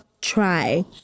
Try